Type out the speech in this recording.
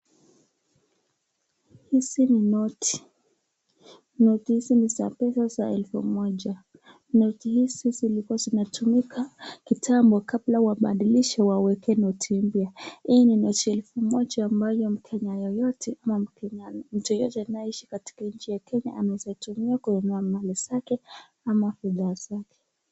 Hizi ni noti, noti hizi ni za pesa ya elfu moja. Noti hizi zilikua zinatumika kitambo kabla wabadilishe waweke noti moja hii ni noti ya elfu moja ambayo mkenya yotote ama mtu yeyote anayeishi katika nchi ya Kenya anaweza itumia kununua mali zake ama bidhaa zake.